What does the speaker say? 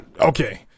Okay